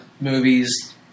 movies